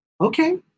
Okay